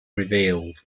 revealed